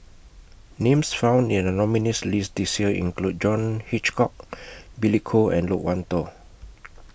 Names found in The nominees' list This Year include John Hitchcock Billy Koh and Loke Wan Tho